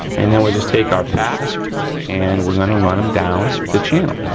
and then we just take our patch and we're gonna run them down the channel.